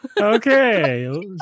Okay